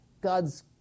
God's